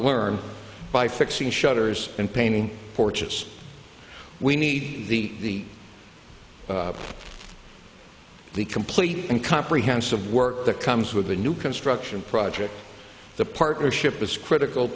learn by fixing shutters and painting porches we need the the complete and comprehensive work that comes with the new construction project the partnership is critical